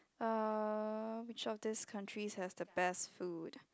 uh which of these countries has the best food